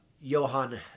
Johan